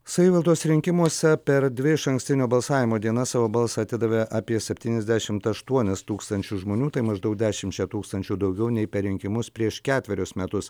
savivaldos rinkimuose per dvi išankstinio balsavimo dienas savo balsą atidavė apie septyniasdešimt aštuonis tūkstančius žmonių tai maždaug dešimčia tūkstančių daugiau nei per rinkimus prieš ketverius metus